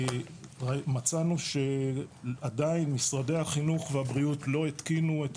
מצאנו שעדיין משרדי החינוך והבריאות לא התקינו את